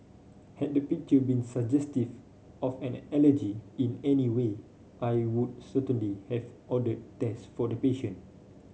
had the picture been suggestive of an allergy in any way I would certainly have ordered test for the patient